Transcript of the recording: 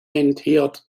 rentiert